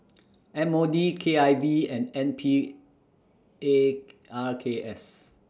M O D K I V and N P A R K S